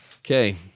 Okay